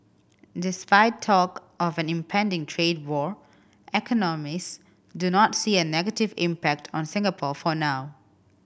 despite talk of an impending trade war economists do not see a negative impact on Singapore for now